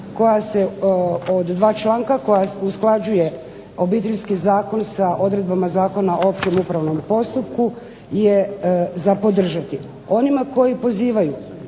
izmjena od dva članka koja usklađuje Obiteljski zakon sa odredbama Zakona o općem upravnom postupku je za podržati. Onima koji pozivaju,